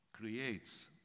creates